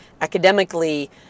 academically